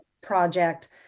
project